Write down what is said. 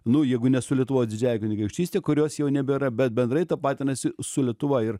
nu jeigu ne su lietuvos didžiąja kunigaikštyste kurios jau nebėra bet bendrai tapatinasi su lietuva ir